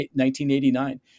1989